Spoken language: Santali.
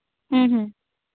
ᱦᱩᱸ ᱦᱩᱸ